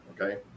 okay